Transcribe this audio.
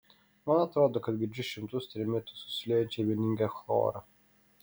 man atrodo kad girdžiu šimtus trimitų susiliejančių į vieningą chorą